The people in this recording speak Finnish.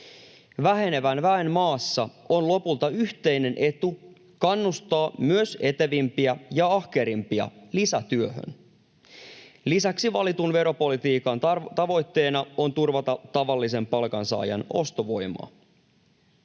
Vähenevän väen maassa on lopulta yhteinen etu kannustaa myös etevimpiä ja ahkerimpia lisätyöhön. Lisäksi valitun veropolitiikan tavoitteena on turvata tavallisen palkansaajan ostovoimaa.